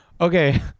Okay